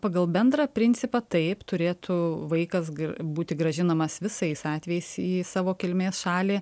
pagal bendrą principą taip turėtų vaikas būti grąžinamas visais atvejais į savo kilmės šalį